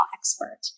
expert